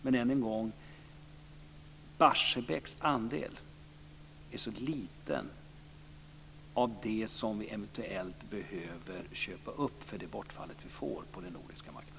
Men jag vill åter säga att Barsebäcks andel är så liten av det som vi eventuellt behöver köpa upp för det bortfall som vi får på den nordiska marknaden.